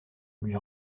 lui